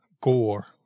Gore